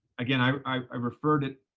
again, i, i referred it,